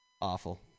awful